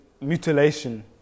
mutilation